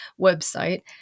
website